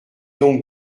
donc